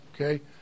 okay